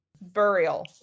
Burial